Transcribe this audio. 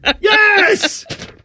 Yes